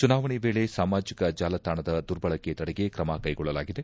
ಚುನಾವಣೆ ವೇಳೆ ಸಾಮಾಜಿಕ ಜಾಲತಾಣದ ದುರ್ಬಳಕೆ ತಡೆಗೆ ತ್ರಮ ಕೈಗೊಳ್ಳಲಾಗಿದೆ